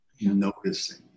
noticing